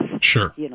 Sure